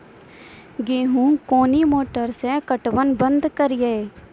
गेहूँ कोनी मोटर से पटवन बंद करिए?